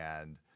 and-